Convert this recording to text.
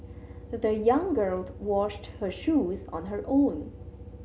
the young girl washed her shoes on her own